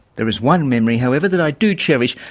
there is one memory however, that i do cherish,